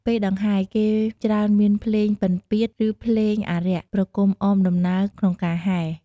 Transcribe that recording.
ពេលដង្ហែ គេច្រើនមានភ្លេងពិណពាទ្យ ឬភ្លេងអារក្សប្រគំអមដំណើរក្នុងការហែរ។